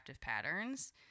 patterns